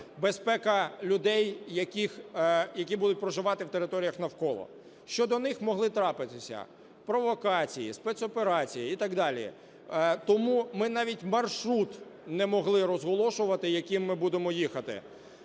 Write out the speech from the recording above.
безпека людей, які будуть проживати на територіях навколо. Щодо них могли трапитися провокації, спецоперації і так далі. Тому ми навіть маршрут не могли розголошувати, яким ми будемо їхати.